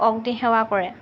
অগ্নি সেৱা কৰে